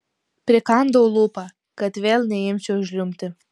prikandau lūpą kad vėl neimčiau žliumbti